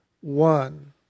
one